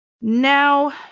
Now